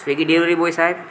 Swiggy delivery boy Saheb